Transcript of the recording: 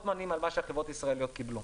מונים על מה שהחברות הישראליות קיבלו.